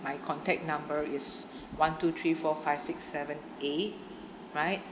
my contact number is one two three four five six seven eight right